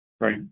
Right